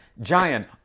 Giant